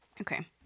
Okay